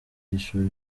y’ishuri